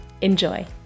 Enjoy